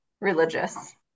religious